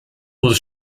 was